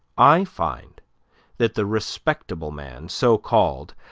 i find that the respectable man, so called,